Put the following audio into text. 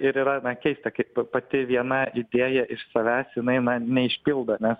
ir yra na keista kaip ta pati viena idėja išsilaisvina na neišpildomos